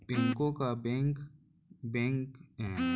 बेंको का बेंक केंद्रीय बेंक ल केहे जाथे